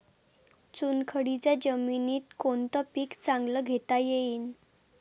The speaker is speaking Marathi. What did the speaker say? चुनखडीच्या जमीनीत कोनतं पीक चांगलं घेता येईन?